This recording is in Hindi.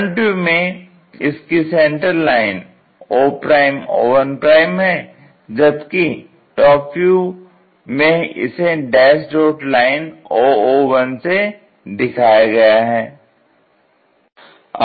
फ्रंट व्यू में इसकी सेंटर लाइन oo1 है जबकि टॉप व्यू में इसे डैस डॉट लाइन oo1 से दिखाया गया है